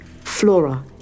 Flora